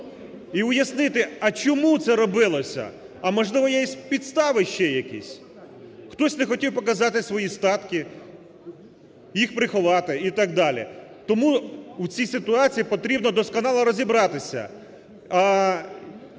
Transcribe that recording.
І уяснити, а чому це робилося? А, можливо, є підстави ще якісь? Хтось не хотів показати свої статки, їх приховати і так далі. Тому у цій ситуації потрібно досконало розібратися.